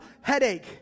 headache